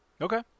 Okay